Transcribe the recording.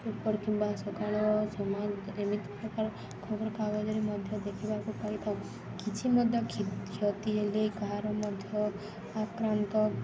ଉପର କିମ୍ବା ସକାଳ ସମାଜ ଏମିତି ପ୍ରକାର ଖବରକାଗଜରେ ମଧ୍ୟ ଦେଖିବାକୁ ପାଇଥାଉ କିଛି ମଧ୍ୟ କ୍ଷତି ହେଲେ କାହାର ମଧ୍ୟ ଆକ୍ରାନ୍ତ